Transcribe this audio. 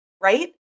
right